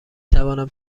توانم